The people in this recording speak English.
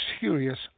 serious